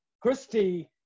Christy